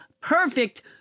perfect